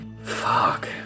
Fuck